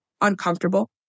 uncomfortable